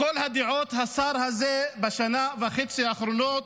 לכל הדעות השר הזה נכשל בשנה וחצי האחרונות